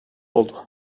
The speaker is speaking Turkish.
oldu